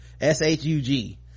S-H-U-G